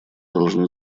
должны